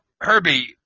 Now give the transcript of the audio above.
Herbie